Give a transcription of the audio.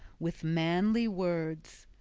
with manly words.